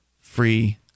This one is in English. free